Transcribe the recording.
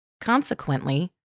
Consequently